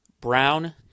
Brown